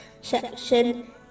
section